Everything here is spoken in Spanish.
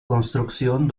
construcción